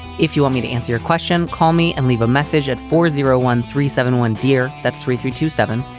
if you want me to answer your question, call me and leave a message at four zero one three seven one, dear. that's three through to seven.